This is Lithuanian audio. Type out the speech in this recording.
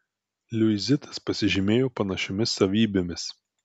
liuizitas pasižymėjo panašiomis savybėmis